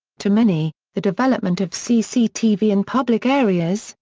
to many, the development of cctv in public areas,